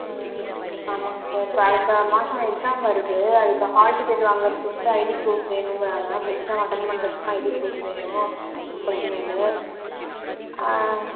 ம் ஆமாம்ங்க சார் இப்போ அடுத்தமாதம் எக்ஸாம் வருது அதற்கு ஹால் டிக்கெட் வாங்குறதுக்கு ஐடி ப்ரூஃப் வேணுங்குறாங்க அப்புறம் எக்ஸாம் அட்டன்ட் பண்ணுறதுக்கும் ஐடி ப்ரூஃப் வேணும் ஒர்ஜினல்லு